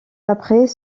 après